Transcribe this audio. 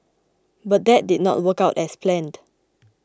but that did not work out as planned